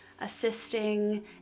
assisting